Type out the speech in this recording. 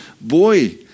boy